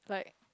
like